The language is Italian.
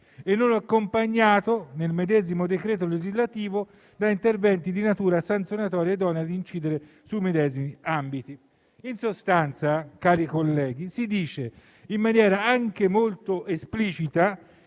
e non accompagnato, nel medesimo decreto legislativo, da interventi di natura sanzionatoria idonei ad incidere sui medesimi ambiti». In sostanza, cari colleghi, si dice in maniera anche molto esplicita,